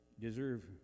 deserve